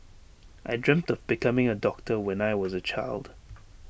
I dreamt of becoming A doctor when I was A child